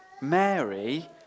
Mary